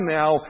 now